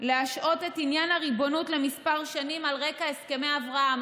להשעות את עניין הריבונות לכמה שנים על רקע הסכמי אברהם,